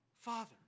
father